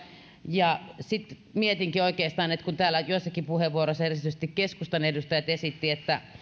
ja sitten mietinkin oikeastaan että kun joissakin puheenvuoroissa erityisesti keskustan edustajat esittivät että